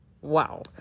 wow